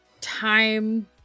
time